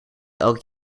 elk